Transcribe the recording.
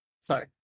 Sorry